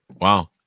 Wow